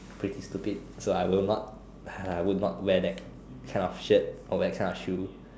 pretty stupid so I will not I will not wear that kind of shirt or wear that kind of shoe